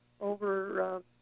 over